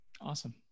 Awesome